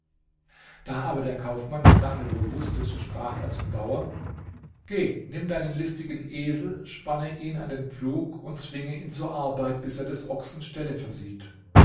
da aber der kaufmann die sache wohl wußte so sprach er zum bauer geh nimm den listigen esel spanne ihn an den pflug und zwinge ihn zur arbeit bis er des ochsen stelle versieht